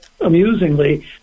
amusingly